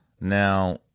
now